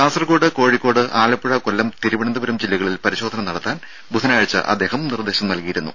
കാസർകോട് കോഴിക്കോട് ആലപ്പുഴ കൊല്ലം തിരുവനന്തപുരം ജില്ലകളിൽ പരിശോധന നടത്താൻ ബുധനാഴ്ച നിർദ്ദേശം നൽകിയിരുന്നു